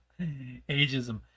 Ageism